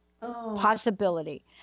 possibility